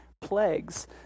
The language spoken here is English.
plagues